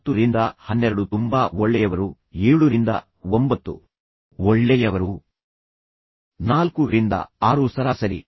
10 ರಿಂದ 12 ತುಂಬಾ ಒಳ್ಳೆಯವರು 7 ರಿಂದ 9 ಒಳ್ಳೆಯವರು 4 ರಿಂದ 6 ಸರಾಸರಿ